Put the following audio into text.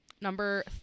Number